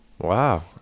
Wow